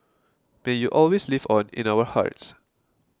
may you always live on in our hearts